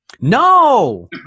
No